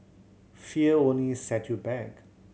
fear only set you back